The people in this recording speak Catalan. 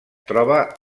troba